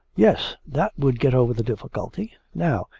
yes, that would get over the difficulty. now,